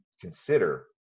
consider